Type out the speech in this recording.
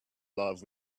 love